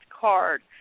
card